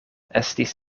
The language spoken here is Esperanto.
estis